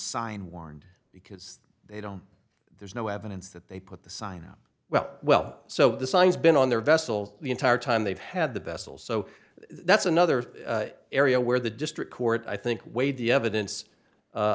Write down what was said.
sign warned because they don't there's no evidence that they put the sign up well well so the signs been on their vessels the entire time they've had the bessel so that's another area where the district court i think weighed the evidence